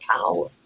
power